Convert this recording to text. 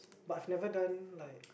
but I've never done like